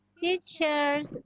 teachers